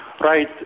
right